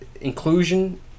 inclusion